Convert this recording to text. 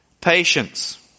patience